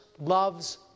loves